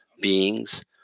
beings